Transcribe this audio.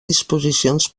disposicions